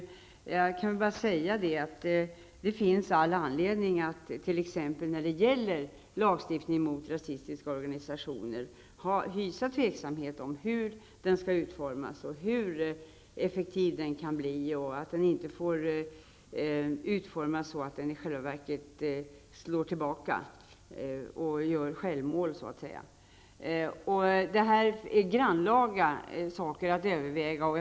Det finns all anledning att när det gäller lagstiftning mot rasistiska organisationer hysa tveksamhet om hur denna lagstiftning skall utformas och hur effektiv den kan bli. Lagstiftningen får inte utformas så, att den i själva verket slår tillbaka och så att säga gör självmål. Det är ett grannlaga arbete att överväga en sådan lagstiftning.